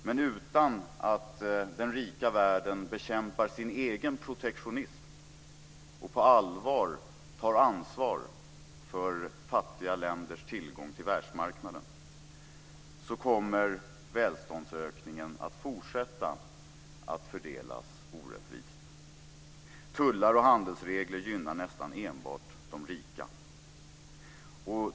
Men utan att den rika världen bekämpar sin egen protektionism och på allvar tar ansvar för fattiga länders tillgång till världsmarknaden kommer välståndsökningen att fortsätta att fördelas orättvist. Tullar och handelsregler gynnar nästan enbart de rika.